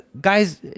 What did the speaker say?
Guys